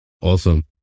awesome